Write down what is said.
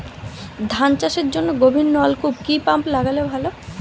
ধান চাষের জন্য গভিরনলকুপ কি পাম্প লাগালে ভালো?